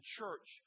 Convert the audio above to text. church